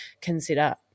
consider